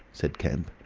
said kemp.